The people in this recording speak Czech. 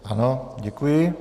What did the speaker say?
Ano, děkuji.